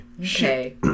Okay